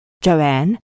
Joanne